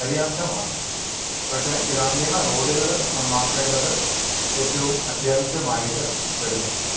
പര്യാപ്തമാണ് പക്ഷെ ഗ്രാമീണ റോഡുകൾ നന്നാക്കേണ്ടത് ഏറ്റവും അത്യാവശ്യമായിട്ടു വരുന്നു